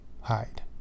hide